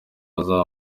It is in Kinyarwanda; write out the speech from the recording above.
azam